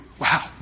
Wow